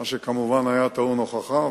מה שכמובן היה טעון הוכחה,